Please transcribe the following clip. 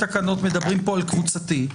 מדברים פה על קבוצתי.